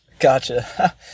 Gotcha